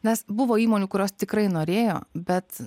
nes buvo įmonių kurios tikrai norėjo bet